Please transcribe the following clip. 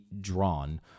drawn